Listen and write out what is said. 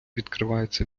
відкриється